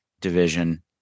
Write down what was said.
division